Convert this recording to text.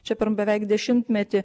čia per beveik dešimtmetį